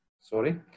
sorry